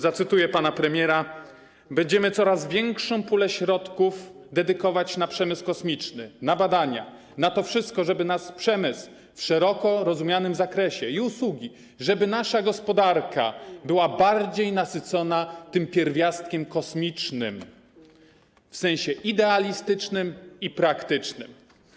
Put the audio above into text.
Zacytuję pana premiera: Będziemy coraz większą pulę środków dedykować na przemysł kosmiczny, na badania, na to wszystko, żeby nasz przemysł, w szeroko rozumianym zakresie, i usługi, żeby nasza gospodarka była bardziej nasycona tym pierwiastkiem kosmicznym w sensie idealistycznym i praktycznym.